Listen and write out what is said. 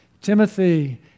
Timothy